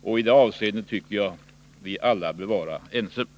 I det avseendet bör vi alla vara överens.